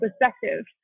perspective